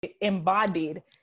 embodied